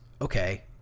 Okay